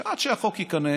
שעד שהחוק ייכנס,